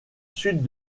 sud